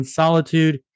solitude